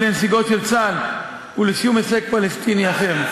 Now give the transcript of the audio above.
לנסיגות של צה"ל ולשום הישג פלסטיני אחר.